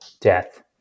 death